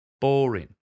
boring